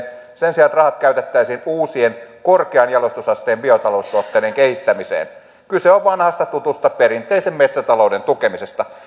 sen sijaan että rahat käytettäisiin uusien korkean jalostusasteen biotaloustuotteiden kehittämiseen kyse on vanhasta tutusta perinteisen metsätalouden tukemisesta